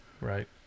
right